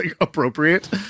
appropriate